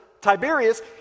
Tiberius